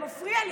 זה מפריע לי.